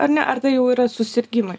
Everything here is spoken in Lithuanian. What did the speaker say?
ar ne ar tai jau yra susirgimai